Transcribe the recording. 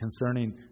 concerning